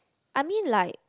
I mean like